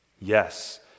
Yes